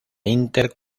inter